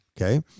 okay